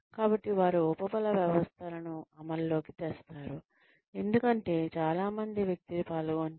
కాబట్టి వారు ఉపబల వ్యవస్థలను అమల్లోకి తెస్తారు ఎందుకంటే చాలా మంది వ్యక్తులు పాల్గొంటారు